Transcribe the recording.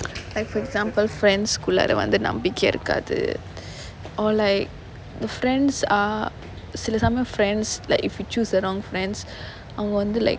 like for example friends குள்ளார வந்து நம்பிக்க இருக்காது:kullaara vanthu nambikka irukkaathu or like the friends are சில சமயம்:sila samayam friends like if we choose the wrong friends அவங்க வந்து:avanga vanthu like